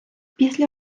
після